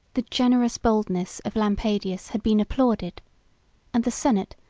the generous boldness of lampadius had been applauded and the senate,